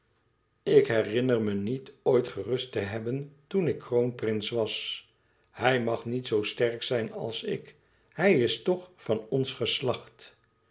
ik herinner me niet oit gerust te hebben toen ik kroonprins was hij mag niet zoo sterk zijn als ik hij is toch van ons geslacht